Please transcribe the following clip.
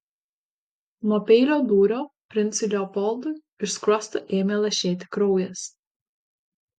nuo peilio dūrio princui leopoldui iš skruosto ėmė lašėti kraujas